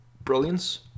brilliance